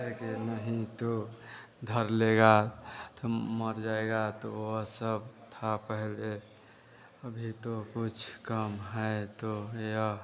सै के नहीं तो धर लेगा तो मर जाएगा तो वे सब था पहले अभी तो कुछ कम है तो यह